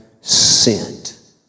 sent